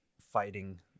fighting